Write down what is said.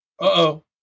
Uh-oh